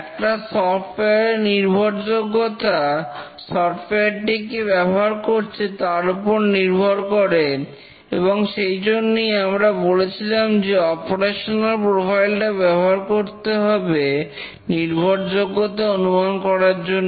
একটা সফটওয়্যার এর নির্ভরযোগ্যতা সফটওয়্যারটি কে ব্যবহার করছে তার ওপর নির্ভর করে এবং সেই জন্যেই আমরা বলেছিলাম যে অপারেশনাল প্রোফাইল টা ব্যবহার করতে হবে নির্ভরযোগ্যতা অনুমান করার জন্য